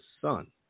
son